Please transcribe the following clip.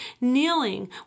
Kneeling